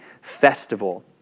festival